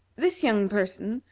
this young person,